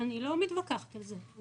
אני לא מתווכחת על זה.